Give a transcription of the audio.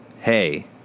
Hey